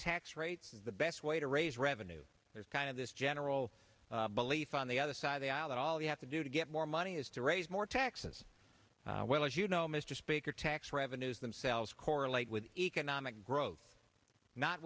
tax rates is the best way to raise revenue there's kind of this general belief on the other side of the aisle that all you have to do to get more money is to raise more taxes while as you know mr speaker tax revenues themselves correlate with economic growth not